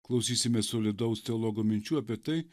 klausysimės solidaus teologo minčių apie tai